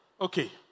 Okay